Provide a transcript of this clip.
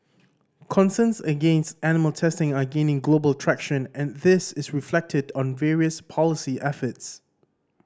concerns against animal testing are gaining global traction and this is reflected on various policy efforts